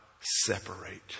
separate